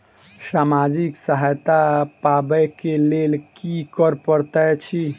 सामाजिक सहायता पाबै केँ लेल की करऽ पड़तै छी?